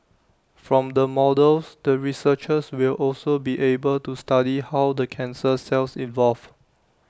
from the models the researchers will also be able to study how the cancer cells evolve